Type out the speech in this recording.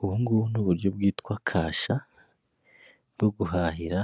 Ubu ngubu ni uburyo bwitwa kasha, bwo guhahira